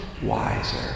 wiser